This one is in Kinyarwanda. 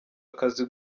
akazi